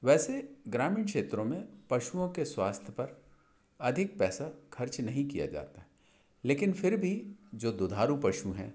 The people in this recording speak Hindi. वैसे ग्रामीण क्षेत्रों में पशुओं के स्वास्थ्य पर अधिक पैसा खर्च नहीं किया जाता लेकिन फिर भी जो दुधारू पशु हैं